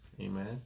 Amen